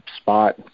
spot